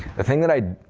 the thing that i